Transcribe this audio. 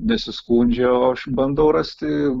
nesiskundžia o aš bandau rasti